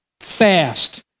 Fast